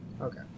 okay